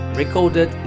recorded